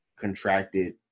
contracted